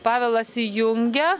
pavelas įjungia